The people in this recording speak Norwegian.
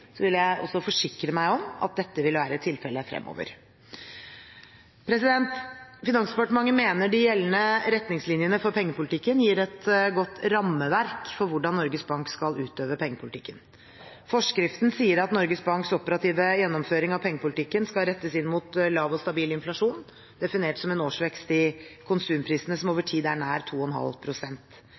vil jeg forsikre meg om at dette også vil være tilfellet fremover. Finansdepartementet mener de gjeldende retningslinjene for pengepolitikken gir et godt rammeverk for hvordan Norges Bank skal utøve pengepolitikken. Forskriften sier at Norges Banks operative gjennomføring av pengepolitikken skal rettes inn mot lav og stabil inflasjon, definert som en årsvekst i konsumprisene, som over tid er nær 2,5